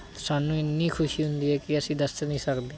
ਸਾਨੂੰ ਇੰਨੀ ਖੁਸ਼ੀ ਹੁੰਦੀ ਹੈ ਕਿ ਅਸੀਂ ਦੱਸ ਨਹੀਂ ਸਕਦੇ